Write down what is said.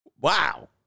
Wow